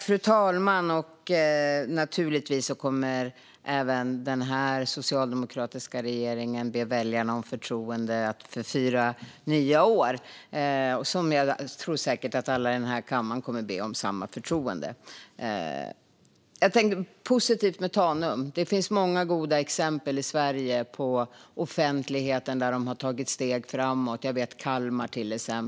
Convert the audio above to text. Fru talman! Naturligtvis kommer även den här socialdemokratiska regeringen att be väljarna om förtroende för fyra nya år, och jag tror säkert att alla i den här kammaren kommer att be om samma förtroende. Tanum är ett positivt exempel. Det finns många goda exempel i Sverige där man har tagit steg framåt när det gäller det offentliga.